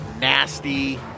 nasty